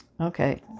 Okay